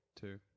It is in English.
two